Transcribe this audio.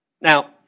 Now